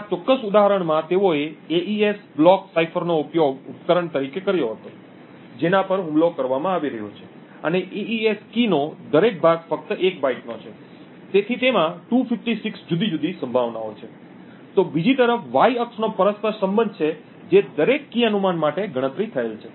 તો આ ચોક્કસ ઉદાહરણમાં તેઓએ AES બ્લોક સાઇફરનો ઉપયોગ ઉપકરણ તરીકે કર્યો હતો જેના પર હુમલો કરવામાં આવી રહ્યો છે અને AES કી નો દરેક ભાગ ફક્ત 1 બાઇટનો છે અને તેથી તેમાં 256 જુદી જુદી સંભાવનાઓ છે તો બીજી તરફ Y અક્ષનો પરસ્પર સંબંધ છે જે દરેક કી અનુમાન માટે ગણતરી થયેલ છે